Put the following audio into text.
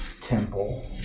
temple